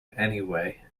anyway